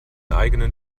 eigenen